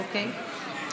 אוקיי.